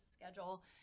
schedule